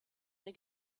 der